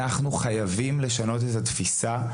אנחנו חייבים לשנות את התפיסה,